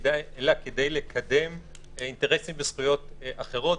אלא כדי לקדם אינטרסים וזכויות אחרות,